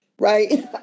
right